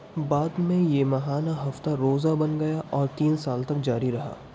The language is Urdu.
بعد میں یہ ماہانہ ہفتہ روزہ بن گیا اور تین سال تک جاری رہا